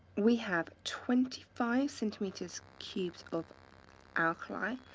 we have twenty five centimeters cubed of alkali,